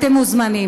אתם מוזמנים.